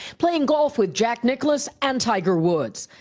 playing golf with jack nicklaus and tiger woods.